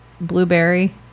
blueberry